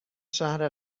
شهر